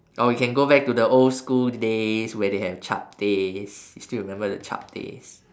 or we can go back to the old school days where they have chaptehs you still remember the chaptehs